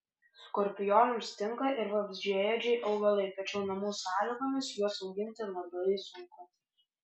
skorpionams tinka ir vabzdžiaėdžiai augalai tačiau namų sąlygomis juos auginti labai sunku